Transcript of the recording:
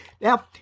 now